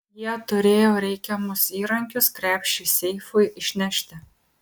jie turėjo reikiamus įrankius krepšį seifui išnešti